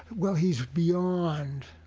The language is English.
well, he's beyond.